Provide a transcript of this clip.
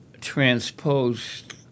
transposed